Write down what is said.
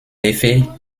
effet